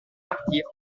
partir